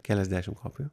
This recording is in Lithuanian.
keliasdešim kopijų